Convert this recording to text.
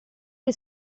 che